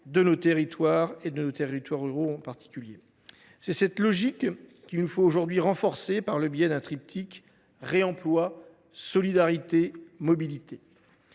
à l’attractivité de nos territoires, en particulier ruraux. C’est cette logique qu’il nous faut aujourd’hui renforcer par le biais d’un triptyque « réemploi, solidarité, mobilité ».